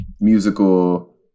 musical